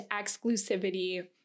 exclusivity